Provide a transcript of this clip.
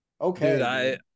okay